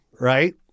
Right